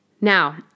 Now